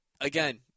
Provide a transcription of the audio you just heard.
again